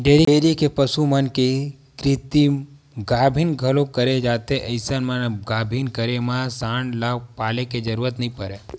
dairy के पसु मन के कृतिम गाभिन घलोक करे जाथे अइसन म गाभिन करे म सांड ल पाले के जरूरत नइ परय